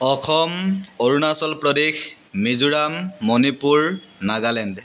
Assam Arunachal Pradesh Mizoram Manipur Nagaland